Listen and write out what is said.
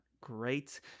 great